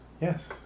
Yes